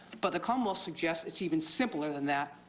but the commonwealth suggests it's even simpler than that.